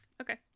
Okay